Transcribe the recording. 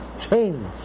change